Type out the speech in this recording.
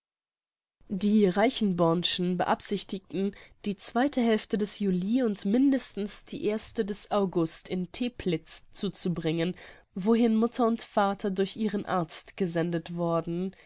die reichenborn'schen beabsichtigten die zweite hälfte des juli und mindestens die erste des august in teplitz zuzubringen wohin mutter und vater durch ihren arzt gesendet worden